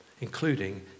including